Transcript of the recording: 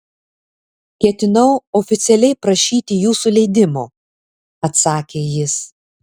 ketinau oficialiai prašyti jūsų leidimo atsakė jis